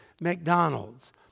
mcdonald's